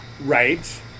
Right